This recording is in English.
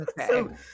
Okay